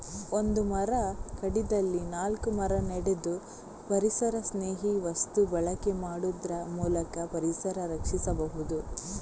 ಒಂದು ಮರ ಕಡಿದಲ್ಲಿ ನಾಲ್ಕು ಮರ ನೆಡುದು, ಪರಿಸರಸ್ನೇಹಿ ವಸ್ತು ಬಳಕೆ ಮಾಡುದ್ರ ಮೂಲಕ ಪರಿಸರ ರಕ್ಷಿಸಬಹುದು